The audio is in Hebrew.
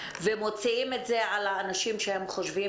והם מוציאים את זה על האנשים שהם חושבים